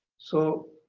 so